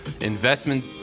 investment